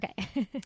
okay